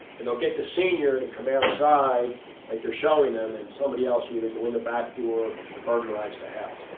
and they'll get the senior to come outside like they're showing them, and somebody else will either go in the back door burglarize the house.